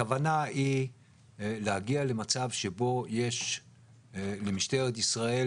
הכוונה היא להגיע למצב שבו יש למשטרת ישראל,